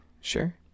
Sure